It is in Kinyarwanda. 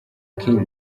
kiir